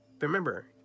Remember